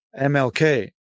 MLK